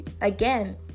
again